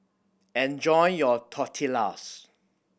enjoy your Tortillas